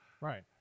Right